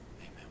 Amen